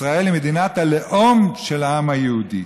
ישראל היא מדינת הלאום של העם היהודי.